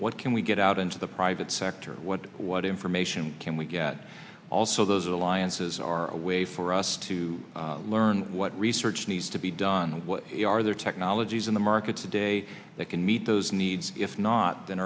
what can we get out into the private sector what what information can we get also those alliances are a way for us to learn what research needs to be done what are there technologies in the market today that can meet those needs if not then